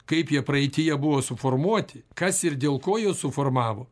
kaip jie praeityje buvo suformuoti kas ir dėl ko juos suformavo